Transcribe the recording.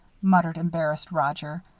muttered embarrassed roger,